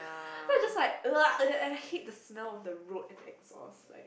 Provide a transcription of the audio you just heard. then I was just like I hate the smell of the road and exhaust like